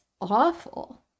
awful